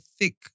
thick